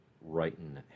writing